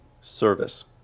service